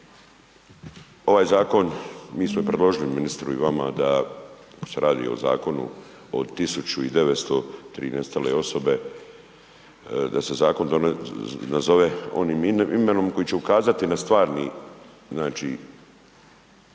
Ovaj zakon, mi smo predložili ministru i vama da, kad se radi o zakonu o 1903 nestale osobe, da se zakon nazove onim imenom koji će ukazati na stvarni, ono